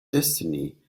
destiny